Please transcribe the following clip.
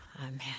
amen